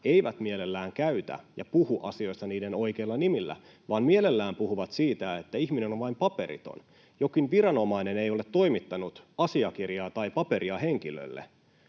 eivät mielellään puhu asioista niiden oikeilla nimillä, vaan mielellään puhuvat siitä, että ihminen on vain paperiton eli että jokin viranomainen ei ole toimittanut asiakirjaa tai paperia henkilölle